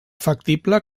factible